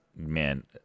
Man